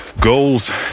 Goals